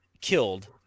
killed